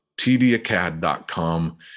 tdacad.com